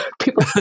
people